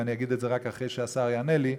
ואגיד את זה רק אחרי שהשר יענה לי,